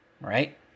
right